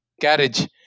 carriage